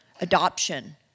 adoption